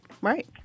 Right